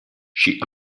she